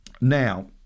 now